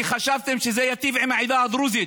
כי חשבתם שזה ייטיב עם העדה הדרוזית.